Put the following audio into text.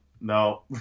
no